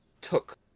took